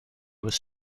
was